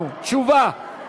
תשובה.